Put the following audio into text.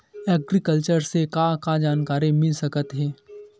Agriculture से का का जानकारी मिल सकत हे?